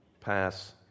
pass